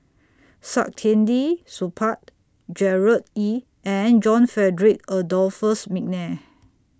Saktiandi Supaat Gerard Ee and John Frederick Adolphus Mcnair